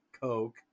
Coke